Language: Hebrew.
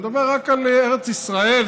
אני מדבר רק על ארץ ישראל,